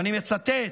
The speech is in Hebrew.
ואני מצטט: